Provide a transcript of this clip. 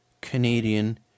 Canadian